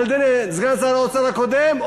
מסגן שר האוצר הקודם.